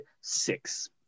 six